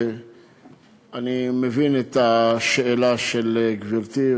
אני מבין את השאלה של גברתי,